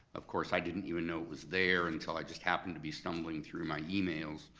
of course, i didn't even know it was there until i just happened to be stumbling through my emails,